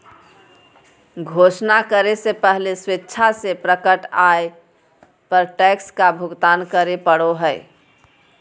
घोषणा करे से पहले स्वेच्छा से प्रकट आय पर टैक्स का भुगतान करे पड़ो हइ